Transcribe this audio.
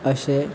अशें